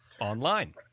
online